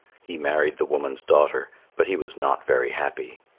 he married the woman's daughter but he was not very happy.